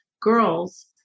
girls